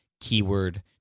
keyword